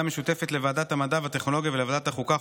משותפת לוועדת המדע והטכנולוגיה ולוועדת החוקה,